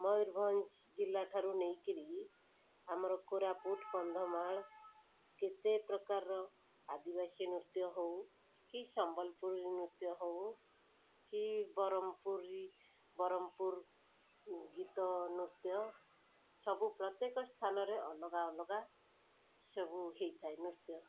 ମୟୂରଭଞ୍ଜ ଜିଲ୍ଲାଠାରୁ ନେଇକିରି ଆମର କୋରାପୁଟ କନ୍ଧମାଳ କେତେ ପ୍ରକାରର ଆଦିବାସୀ ନୃତ୍ୟ ହେଉ କି ସମ୍ବଲପୁରୀ ନୃତ୍ୟ ହେଉ କି ବ୍ରହ୍ମପୁରି ବ୍ରହ୍ମପୁର ଗୀତ ନୃତ୍ୟ ସବୁ ପ୍ରତ୍ୟେକ ସ୍ଥାନରେ ଅଲଗା ଅଲଗା ସବୁ ହୋଇଥାଏ ନୃତ୍ୟ